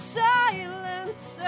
silence